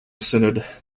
synod